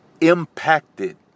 impacted